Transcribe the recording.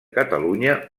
catalunya